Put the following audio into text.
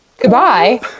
Goodbye